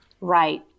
Right